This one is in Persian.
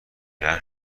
رحم